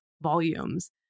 volumes